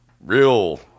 real